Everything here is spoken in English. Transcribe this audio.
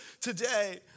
today